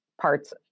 parts